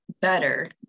better